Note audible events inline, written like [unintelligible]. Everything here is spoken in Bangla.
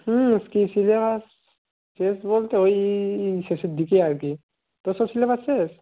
হুম [unintelligible] সিলেবাস শেষ বলতে ওই শেষের দিকে আর কি তোর সব সিলেবাস শেষ